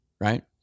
Right